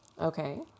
Okay